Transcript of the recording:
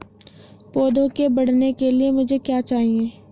पौधे के बढ़ने के लिए मुझे क्या चाहिए?